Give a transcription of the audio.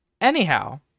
Anyhow